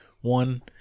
one